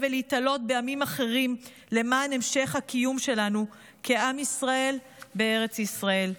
ולהיתלות בעמים אחרים למען המשך הקיום שלנו כעם ישראל בארץ ישראל.